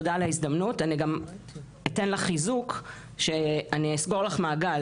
תודה על ההזדמנות ואני גם אתן לך חיזוק שאני אסגור לך מעגל,